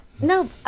No